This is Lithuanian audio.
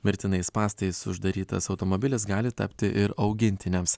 mirtinais spąstais uždarytas automobilis gali tapti ir augintiniams